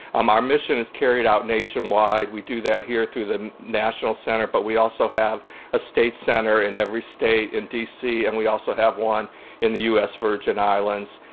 um our mission is carried out nationwide. we do that here through the national center, but we also have a state center in every state and d c, and we also have one in the u s. virgin islands,